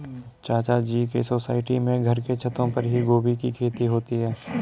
चाचा जी के सोसाइटी में घर के छतों पर ही गोभी की खेती होती है